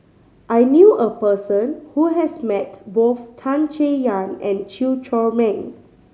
I knew a person who has met both Tan Chay Yan and Chew Chor Meng